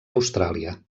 austràlia